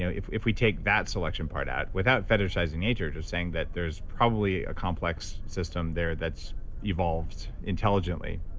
if if we take that selection part out without fetishizing nature, just saying that there's probably a complex system there that's evolved intelligently